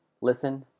listen